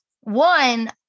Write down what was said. One